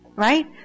Right